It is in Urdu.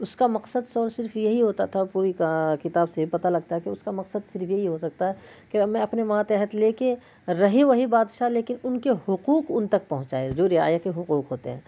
اس کا مقصد تو صرف یہی ہوتا تھا پوری کتاب سے پتہ لگتا ہے کہ اس کا مقصد صرف یہی ہو سکتا ہے کہ میں اپنے ماتحت لے کے رہے وہی بادشاہ لیکن ان کے حقوق ان تک پہنچائے جو رعایا کے حقوق ہوتے ہیں